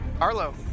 Arlo